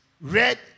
red